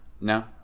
No